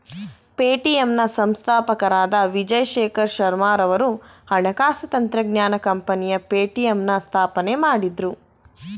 Paytm ನ ಸಂಸ್ಥಾಪಕರಾದ ವಿಜಯ್ ಶೇಖರ್ ಶರ್ಮಾರವರು ಹಣಕಾಸು ತಂತ್ರಜ್ಞಾನ ಕಂಪನಿ ಪೇಟಿಎಂನ ಸ್ಥಾಪನೆ ಮಾಡಿದ್ರು